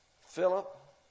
Philip